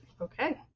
Okay